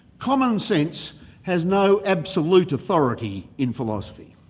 commonsense has no absolute authority in philosophy.